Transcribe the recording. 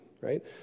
right